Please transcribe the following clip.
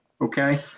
okay